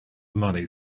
money